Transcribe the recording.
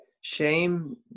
shame